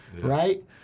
right